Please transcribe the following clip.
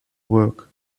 work